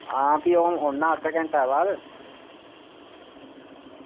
आं भी औना अद्धे घैंटे दे बाद